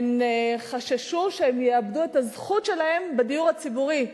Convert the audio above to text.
הן חששו שהן יאבדו את הזכות שלהן בדיור הציבורי.